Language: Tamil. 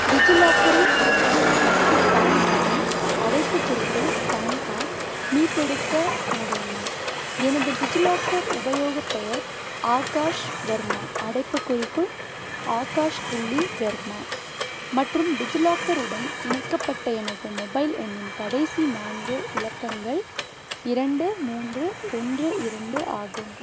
டிஜிலாக்கரில் இருந்து எனது பேன் கார்டை அடைப்புக்குறிக்குள் பேன் கார்ட் மீட்டெடுக்க முடியுமா எனது டிஜிலாக்கர் உபயோகப் பெயர் ஆகாஷ் வர்மா அடைப்புக்குறிக்குள் ஆகாஷ் புள்ளி வர்மா மற்றும் டிஜிலாக்கருடன் இணைக்கப்பட்ட எனது மொபைல் எண்ணின் கடைசி நான்கு இலக்கங்கள் இரண்டு மூன்று ஒன்று இரண்டு ஆகும்